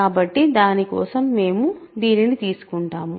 కాబట్టి దాని కోసం మేము దీనిని తీసుకుంటాము